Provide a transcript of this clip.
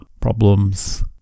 problems